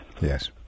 Yes